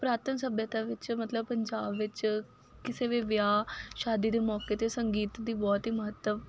ਪੁਰਾਤਨ ਸਭਿਅਤਾ ਵਿੱਚ ਮਤਲਬ ਪੰਜਾਬ ਵਿੱਚ ਕਿਸੇ ਵੀ ਵਿਆਹ ਸ਼ਾਦੀ ਦੇ ਮੌਕੇ 'ਤੇ ਸੰਗੀਤ ਦੀ ਬਹੁਤ ਹੀ ਮਹੱਤਵ